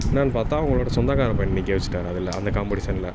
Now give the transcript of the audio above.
என்னன்னு பார்த்தா அவங்களோட சொந்தக்காரர் பையனை நிற்க வெச்சுட்டாரு அதில் அந்த காம்பெடிஷனில்